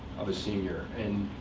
of the senior and